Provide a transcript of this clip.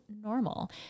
normal